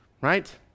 right